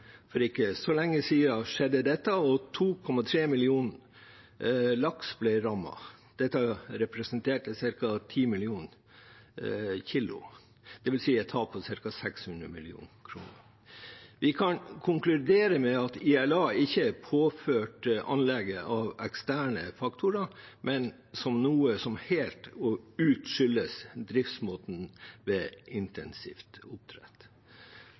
2,3 millioner laks ble rammet. Dette representerte ca. 10 millioner kg, dvs. et tap på ca. 600 mill. kr. Vi kan konkludere med at ILA ikke er påført anlegget av eksterne faktorer, men er noe som helt ut skyldes driftsmåten ved intensiv oppdrett.